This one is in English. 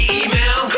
email